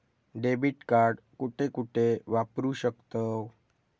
Debit card कुठे कुठे वापरू शकतव?